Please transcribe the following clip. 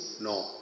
No